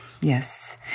Yes